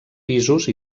pisos